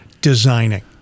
designing